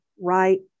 right